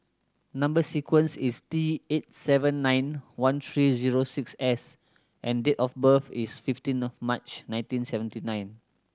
number sequence is T eight seven nine one three zero six S and date of birth is fifteen of March nineteen seventy nine